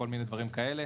כל מיני דברים כאלה.